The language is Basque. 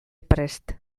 prest